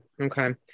okay